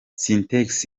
sintex